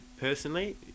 personally